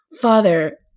father